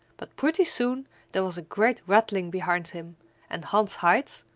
but pretty soon there was a great rattling behind him and hans hite,